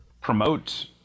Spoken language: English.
promote